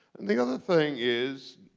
and the other thing is,